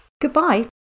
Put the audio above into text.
Goodbye